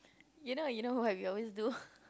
you know you know what we always do